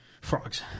frogs